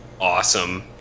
Awesome